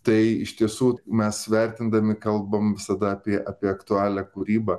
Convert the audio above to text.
tai iš tiesų mes vertindami kalbam visada apie apie aktualią kūrybą